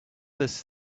this